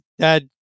dad